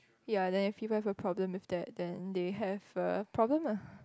ya then if people have a problem with that then they have a problem lah